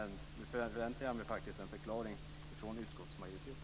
Nu förväntar jag mig faktiskt en förklaring från utskottsmajoriteten.